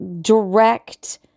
direct